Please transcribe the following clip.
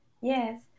Yes